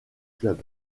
club